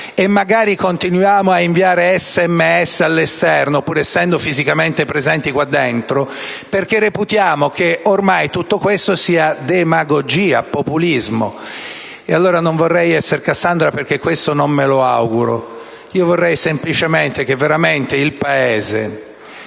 e, magari, continuiamo ad inviare sms all'esterno, pur essendo fisicamente presenti qua dentro, perché reputiamo che ormai tutto questo sia demagogia e populismo. Non vorrei allora essere Cassandra, perché non me lo auguro. Vorrei semplicemente che davvero il Paese,